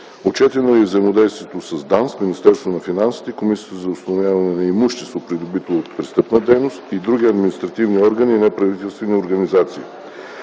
Отчетено е и взаимодействието с ДАНС, Министерство на финансите, Комисията за установяване на имущество, придобито от престъпна дейност и други административни органи и неправителствени организации.